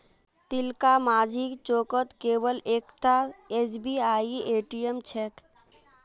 तिलकमाझी चौकत केवल एकता एसबीआईर ए.टी.एम छेक